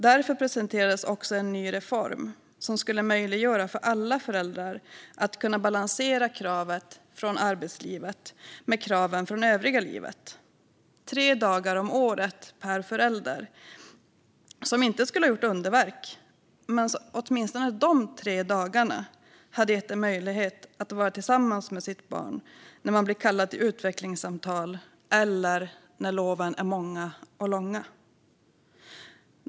Därför presenterades också en ny reform som skulle möjliggöra för alla föräldrar att balansera kraven från arbetslivet med kraven från övriga livet - tre dagar om året per förälder som inte skulle ha gjort underverk men som åtminstone de tre dagarna hade gett en förälder möjlighet att vara tillsammans med sitt barn när man blir kallad till utvecklingssamtal eller när loven är många och långa.